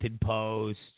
Post